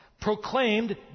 proclaimed